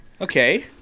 Okay